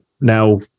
Now